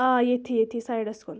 آ ییٚتھٕے ییٚتھٕے سایِڈَس کُن